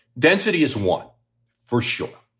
density is one for sure.